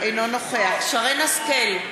אינו נוכח שרן השכל,